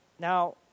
Now